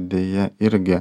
deja irgi